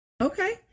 okay